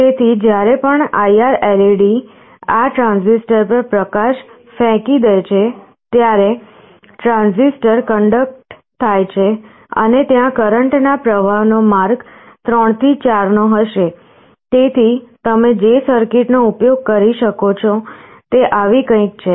તેથી જ્યારે પણ IR LED આ ટ્રાંઝિસ્ટર પર પ્રકાશ ફેંકી દે છે ત્યારે ટ્રાન્ઝિસ્ટર કંડક્ટ થાય છે અને ત્યાં કરંટ ના પ્રવાહ નો માર્ગ 3 થી 4 નો હશે તેથી તમે જે સર્કિટનો ઉપયોગ કરી શકો છો તે આવી કંઈક છે